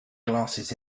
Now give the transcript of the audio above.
glasses